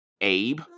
Abe